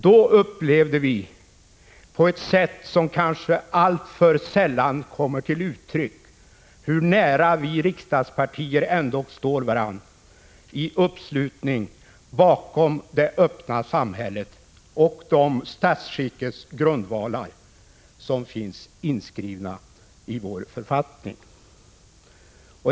Då erfor vi på ett sätt som kanske alltför sällan kommer till uttryck hur nära våra riksdagspartier ändock står varandra i uppslutningen bakom det öppna samhället och de statsskickets grundvalar som finns inskrivna i vår författning.